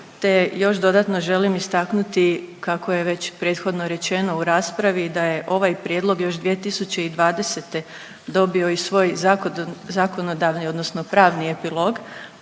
te još dodatno želim istaknuti kako je već prethodno rečeno u raspravi da je ovaj prijedlog još 2020. dobio i svoj zakonodavni odnosno pravni epilog